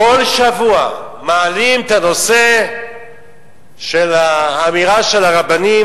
כל שבוע מעלים את הנושא של האמירה של הרבנים,